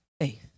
faith